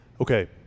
Okay